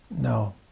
No